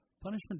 Punishment